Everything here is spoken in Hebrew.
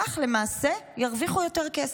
כך ירוויחו יותר כסף.